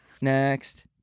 Next